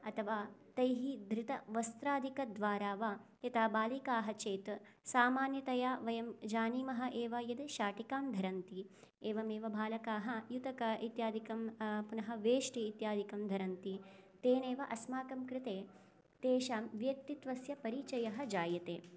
अथवा तैः धृतवस्त्रादिकद्वारा वा यता बालिकाः चेत् सामान्यतया वयं जानीमः एव यत् शाटिकां धरन्ति एवमेव बालकाः युतक इत्यादिकं पुनः वेष्टी इत्यादिकं धरन्ति तेनैव अस्माकं कृते तेषां व्यक्तित्वस्य परिचयः जायते